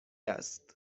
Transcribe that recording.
است